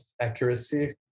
accuracy